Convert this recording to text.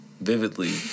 Vividly